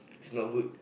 it's not good